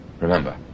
Remember